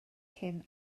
cyn